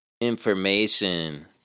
information